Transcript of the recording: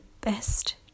best